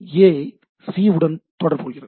A C உடன்தொடர்புகொள்கிறது